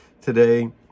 today